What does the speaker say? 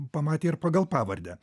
pamatė ir pagal pavardę